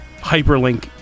hyperlink